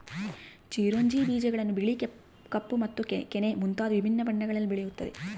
ಚಿರೊಂಜಿ ಬೀಜಗಳನ್ನು ಬಿಳಿ ಕಪ್ಪು ಮತ್ತು ಕೆನೆ ಮುಂತಾದ ವಿಭಿನ್ನ ಬಣ್ಣಗಳಲ್ಲಿ ಬೆಳೆಯುತ್ತವೆ